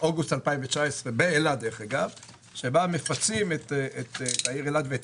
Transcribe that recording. באוגוסט 2019 באילת שבה מפצים את העיר אילת ואת